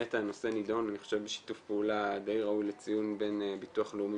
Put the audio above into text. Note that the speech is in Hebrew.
באמת הנושא נידון בשיתוף פעולה דיי ראוי לציון בין ביטוח לאומי,